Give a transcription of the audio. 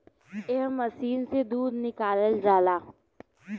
एह मशीन से दूध निकालल जाला